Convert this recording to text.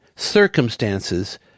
circumstances